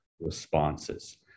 responses